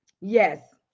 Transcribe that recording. Yes